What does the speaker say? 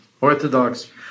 orthodox